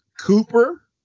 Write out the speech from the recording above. Cooper